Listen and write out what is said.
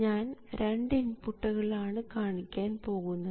ഞാൻ രണ്ടു ഇൻപുട്ടുകൾ ആണ് കാണിക്കാൻ പോകുന്നത്